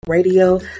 radio